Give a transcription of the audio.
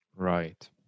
Right